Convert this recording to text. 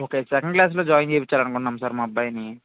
okay second class లో join చేయిపిచ్చాలనుకుంటున్నాం sir మా అబ్బాయిని